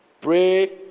Pray